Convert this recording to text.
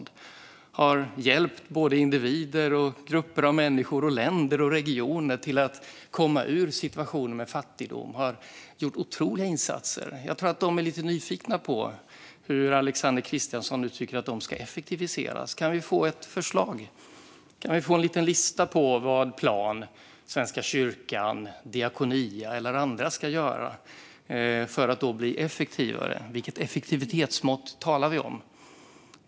De har hjälpt individer, grupper av människor, länder och regioner att komma ur situationen med fattigdom. De har gjort otroliga insatser. Jag tror att de är lite nyfikna på hur Alexander Christiansson uttrycker att de ska effektiviseras. Kan vi få ett förslag och en liten lista på vad Plan, Svenska kyrkan, Diakonia eller andra ska göra för att bli effektivare? Vilket effektivitetsmått talar vi om?